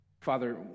Father